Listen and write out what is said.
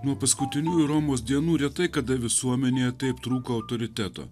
nuo paskutiniųjų romos dienų retai kada visuomenėje taip trūko autoriteto